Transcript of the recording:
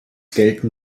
gelten